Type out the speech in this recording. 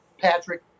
Patrick